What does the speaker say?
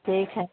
ٹھیک ہے